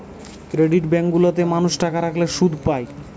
credit bank গুলা তে মানুষ টাকা রাখলে শুধ পায়